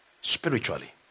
Spiritually